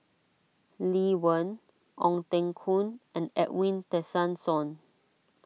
Lee Wen Ong Teng Koon and Edwin Tessensohn